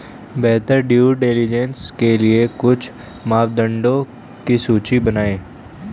बेहतर due diligence के लिए कुछ मापदंडों की सूची बनाएं?